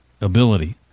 ability